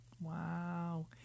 Wow